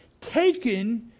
taken